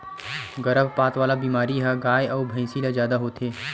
गरभपात वाला बेमारी ह गाय अउ भइसी ल जादा होथे